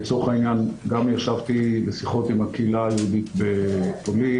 לצורך העניין גם ישבתי בשיחות עם הקהילה היהודית בפולין.